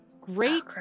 great